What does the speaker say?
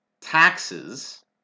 taxes